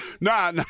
nah